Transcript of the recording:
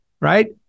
right